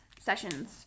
sessions